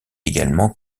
également